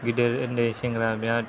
गिदिर ओन्दै सेंग्रा बेराद